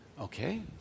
Okay